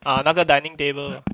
ah 那个 dining table